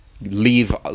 leave